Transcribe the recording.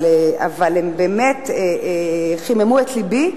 אבל הם באמת חיממו את לבי,